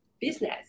business